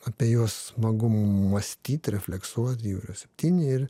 apie juos smagu mąstyt refleksuot jų yra septyni ir